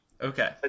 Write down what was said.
Okay